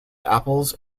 apples